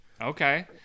okay